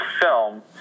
film